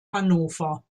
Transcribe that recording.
hannover